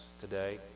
today